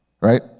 Right